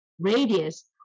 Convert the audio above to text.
radius